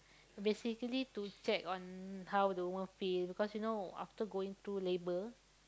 basically to check on how the women feel cause you know after going through labour